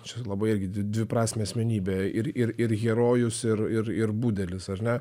čia labai irgi dvi dviprasmė asmenybė ir ir ir herojus ir ir ir budelis ar ne